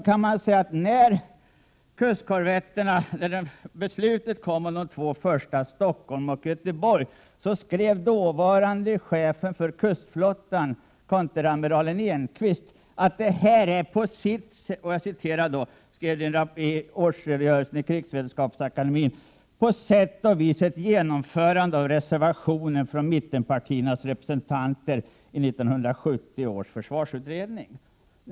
När beslutet om de två första kustkorvetterna — med namnen Stockholm och Malmö — fattades sade dåvarande chefen för kustflottan konteramiralen Jan Enquist 1983 inför Krigsvetenskapsakademin att detta var ”på sätt och vis ett genomförande av reservationen från mittenpartiernas representanter i 1970 års försvarsutredning”.